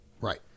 right